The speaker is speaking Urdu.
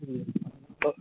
جی اوکے